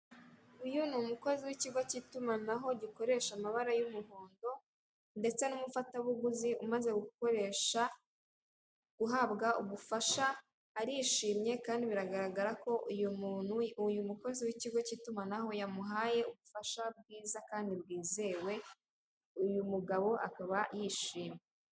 Uyu ni umukozi w'ikigo cy'itumanaho gikoresha amabara y'umuhondo ndetse n'umufatabuguzi umaze gukoresha, guhabwa ubufasha, arishimye kandi biragaragara ko uyu muntu, uyu mukozi w'ikigo k'itumanaho yamuhaye ubufasha bwiza kandi bwizewe, uyu mugabo akaba yishimye.